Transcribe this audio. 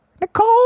Nicole